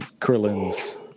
Krillin's